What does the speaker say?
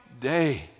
day